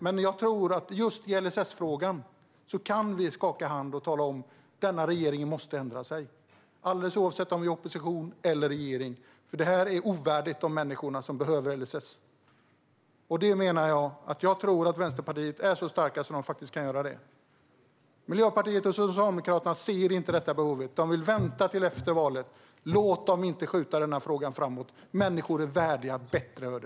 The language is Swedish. Men jag tror att vi i just LSS-frågan kan skaka hand och tala om för regeringen att den måste ändra sig, alldeles oavsett om vi är i opposition eller sitter i regeringen. Detta är nämligen ovärdigt inför de människor som behöver LSS. Jag tror att Vänsterpartiet är så starka att de faktiskt kan göra det. Miljöpartiet och Socialdemokraterna ser inte detta behov utan vill vänta till efter valet. Låt dem inte skjuta denna fråga framåt. Människor är värda ett bättre öde.